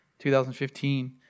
2015